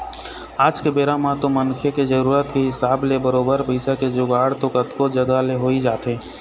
आज के बेरा म तो मनखे के जरुरत के हिसाब ले बरोबर पइसा के जुगाड़ तो कतको जघा ले होइ जाथे